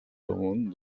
damunt